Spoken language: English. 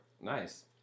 Nice